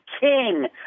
king